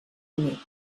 amic